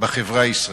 בחברה הישראלית.